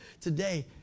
today